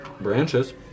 branches